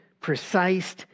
precise